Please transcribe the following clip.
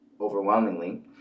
overwhelmingly